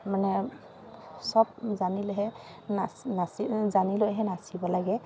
মানে চব জানিলেহে নাচি নাচি জানিলৈহে নাচিব লাগে